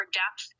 depth